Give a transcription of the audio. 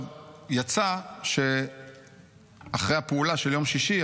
יצא שאחרי הפעולה של יום שישי,